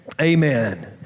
Amen